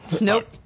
nope